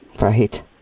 right